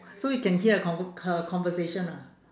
so you can hear her conv~ her conversation ah